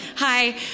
Hi